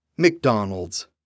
McDonald's